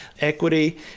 equity